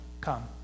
Come